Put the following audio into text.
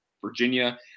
Virginia